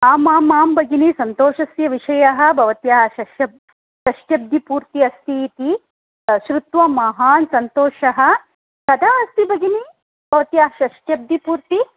आम् आम् आं भगिनि सन्तोषस्य विषयः भवत्याः षष्यब् षष्ट्यब्दिपूर्तिः अस्ति इति तत् श्रुत्वा महान् सन्तोषः कदा अस्ति भगिनि भवत्याः षष्ट्यब्दिपूर्तिः